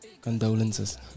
condolences